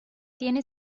tienen